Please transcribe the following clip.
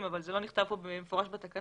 אבל זה לא נכתב כאן במפורש בתקנות.